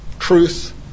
Truth